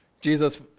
Jesus